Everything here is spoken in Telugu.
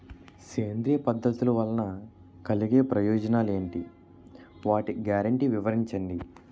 సేంద్రీయ పద్ధతుల వలన కలిగే ప్రయోజనాలు ఎంటి? వాటి గ్యారంటీ వివరించండి?